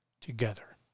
together